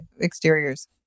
exteriors